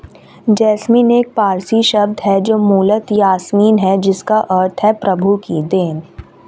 jasmine एक पारसी शब्द है जो मूलतः यासमीन है जिसका अर्थ है प्रभु की देन